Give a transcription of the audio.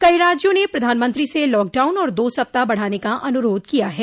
कई राज्यों ने प्रधानमंत्री से लॉकडाउन और दो सप्ताह बढ़ाने का अनुरोध किया है